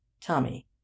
Tommy